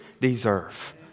deserve